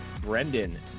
Brendan